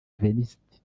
venuste